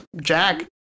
Jack